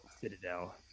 Citadel